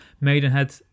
Maidenhead